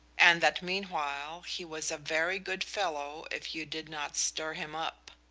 and that meanwhile he was a very good fellow if you did not stir him up.